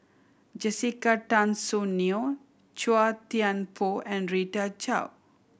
Jessica Tan Soon Neo Chua Thian Poh and Rita Chao